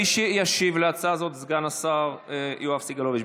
מי שישיב על ההצעה הזאת הוא סגן השר יואב סגלוביץ'.